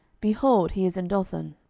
behold, he is in dothan.